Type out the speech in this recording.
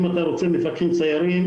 אם אתה רוצה מפקחים סיירים,